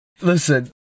listen